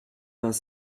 vingt